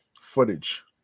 footage